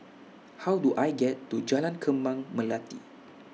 How Do I get to Jalan Kembang Melati